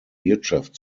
wirtschaft